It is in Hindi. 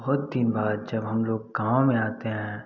बहुत दिन बाद जब हम लोग गाँव में आते हैं